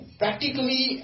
practically